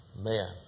man